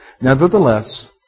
Nevertheless